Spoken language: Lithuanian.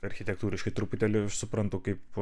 architektūriškai truputėlį aš suprantu kaip